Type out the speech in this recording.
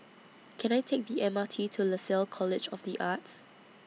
Can I Take The M R T to Lasalle College of The Arts